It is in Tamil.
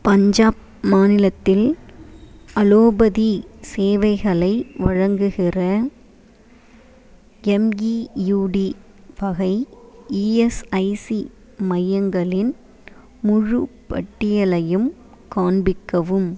பஞ்சாப் மாநிலத்தில் அலோபதி சேவைகளை வழங்குகிற எம்இயூடி வகை இஎஸ்ஐசி மையங்களின் முழுப் பட்டியலையும் காண்பிக்கவும்